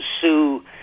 sue